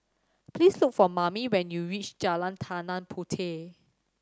please look for Mame when you reach Jalan Tanah Puteh